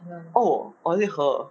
oh or is it her